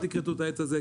אל תכרתו את העץ הזה.